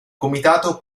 comitato